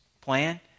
plan